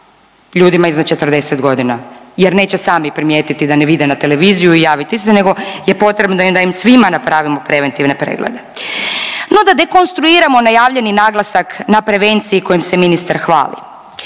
ljudima iznad 40 godina jer neće sami primijetiti da ne vide na televiziju i javiti se nego je potrebno da im svima napravimo preventivne preglede. No, da dekonstruiramo najavljeni naglasak na prevenciji kojim se ministar hvali.